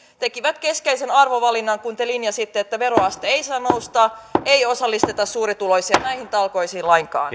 tekivät keskeisen arvovalinnan kun te linjasitte että veroaste ei saa nousta ei osallisteta suurituloisia näihin talkoisiin lainkaan